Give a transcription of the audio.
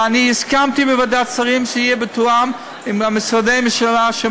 ואני הסכמתי בוועדת השרים שזה יהיה מתואם עם משרדי הממשלה,